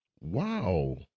Wow